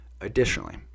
Additionally